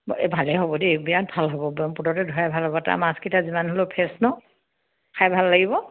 এই ভালেই হ'ব দেই বিৰাট ভাল হ'ব ধৰাই ভাল হ'ব তাৰ মাছকিটা যিমান হ'লেও ফ্ৰেছ ন খাই ভাল লাগিব